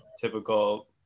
typical